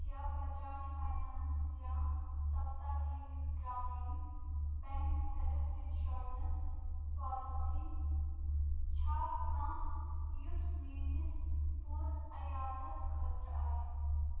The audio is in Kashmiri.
کیٛاہ بَجاج فاینانٕس یا Saptagiri Grameen bank health insurance policy چھا کانٛہہ یۄس میٲنِس پوٗرٕعیالَس خٲطرٕ آسہِ